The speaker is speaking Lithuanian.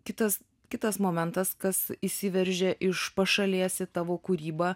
kitas kitas momentas kas įsiveržė iš pašalies į tavo kūryba